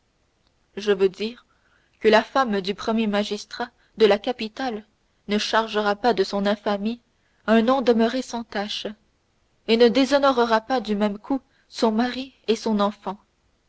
je veux dire que la femme du premier magistrat de la capitale ne chargera pas de son infamie un nom demeuré sans tache et ne déshonorera pas du même coup son mari et son enfant